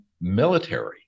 military